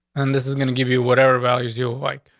and this is gonna give you whatever values you ah like.